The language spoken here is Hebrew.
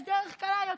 יש דרך קלה יותר: